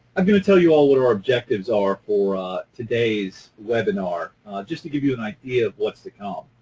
i'm going to tell you all what our objectives are for ah today's webinar just to give you an idea of what's to come.